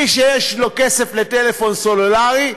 מי שיש לו כסף לטלפון סלולרי,